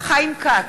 חיים כץ,